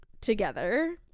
together